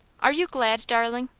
are you glad, darling?